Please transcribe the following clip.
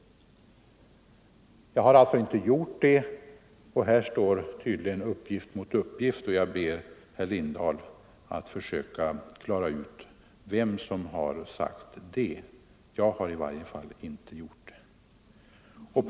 Jag har alltså inte gjort det. Här står tydligen uppgift mot uppgift. Jag ber därför herr Lindahl att försöka klara ut vem som har sagt det — jag har i varje fall inte gjort det.